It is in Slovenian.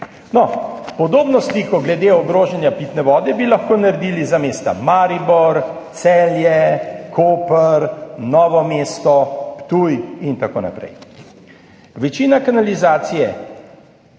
Podobno sliko glede ogrožanja pitne vode bi lahko naredili za mesta Maribor, Celje, Koper, Novo mesto, Ptuj in tako naprej. Večina kanalizacije